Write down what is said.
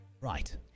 Right